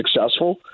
successful